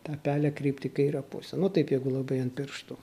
tą pelę kreipti į kairę pusę nu taip jeigu labai ant pirštų